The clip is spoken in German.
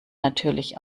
natürlich